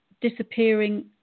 disappearing